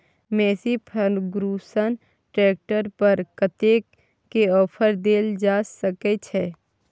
Massey Ferguson tractor पर कतेक के ऑफर देल जा सकै छै?